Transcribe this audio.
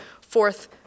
Fourth